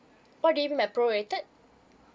what do you mean by prorated